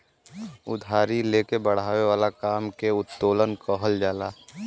उधारी ले के बड़ावे वाला काम के उत्तोलन कहल जाला